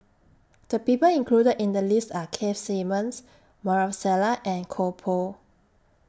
The People included in The list Are Keith Simmons Maarof Salleh and Koh Pui